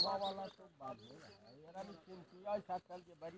हम ऑनलाइन पैसा केना जमा करब?